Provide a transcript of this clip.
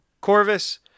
Corvus